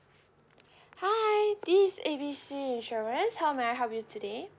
hi this is A B C insurance how may I help you today